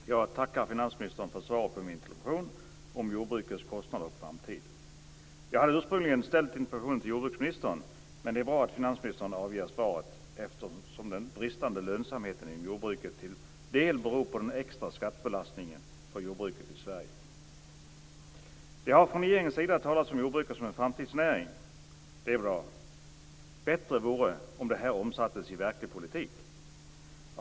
Fru talman! Jag tackar finansministern för svaret på min interpellation om jordbrukets kostnader och framtid. Jag hade ursprungligen framställt interpellationen till jordbruksministern, men det är bra att finansministern avger svaret, eftersom den bristande lönsamheten inom jordbruket till del beror på den extra skattebelastningen för jordbruket i Sverige. Det har från regeringens sida talats om jordbruket som en framtidsnäring. Det är bra. Bättre vore det om detta omsattes i verklig politik.